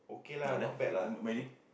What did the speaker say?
ah there M~ Maidy